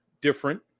different